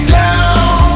down